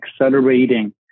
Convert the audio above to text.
accelerating